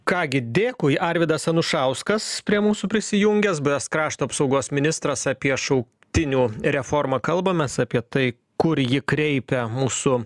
ką gi dėkui arvydas anušauskas prie mūsų prisijungęs buvęs krašto apsaugos ministras apie šauktinių reformą kalbamės apie tai kur ji kreipia mūsų